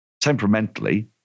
Temperamentally